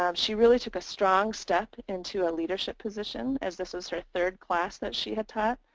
um she really took a strong step into a leadership position as this was her third class that she had taught